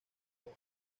como